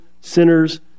sinners